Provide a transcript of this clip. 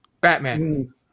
batman